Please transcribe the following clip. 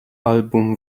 album